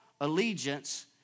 allegiance